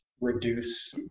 reduce